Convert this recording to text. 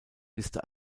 liste